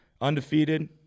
undefeated